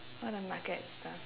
spoil the market and stuff